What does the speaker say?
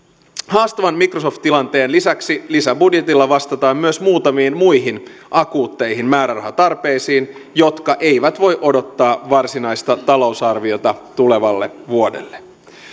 haastavan microsoft tilanteen lisäksi lisäbudjetilla vastataan myös muutamiin muihin akuutteihin määrärahatarpeisiin jotka eivät voi odottaa varsinaista talousarviota tulevalle vuodelle